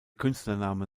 künstlername